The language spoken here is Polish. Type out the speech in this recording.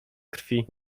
krwi